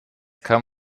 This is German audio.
kann